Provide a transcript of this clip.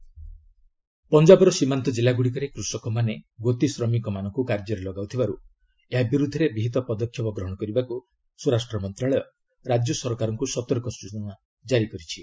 MHA Punjab ପଞ୍ଜାବର ସୀମାନ୍ତ ଜିଲ୍ଲାଗୁଡ଼ିକରେ କୃଷକମାନେ ଗୋତି ଶ୍ରମିକମାନଙ୍କୁ କାର୍ଯ୍ୟରେ ଲଗାଉଥିବାରୁ ଏହା ବିରୁଦ୍ଧରେ ବିହିତ ପଦକ୍ଷେପ ଗ୍ରହଣ କରିବାକୁ ସ୍ୱରାଷ୍ଟ୍ର ମନ୍ତ୍ରଣାଳୟ ରାଜ୍ୟ ସରକାରଙ୍କୁ ସତର୍କ ସୂଚନା ଜାରି କରିଛି